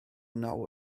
nawr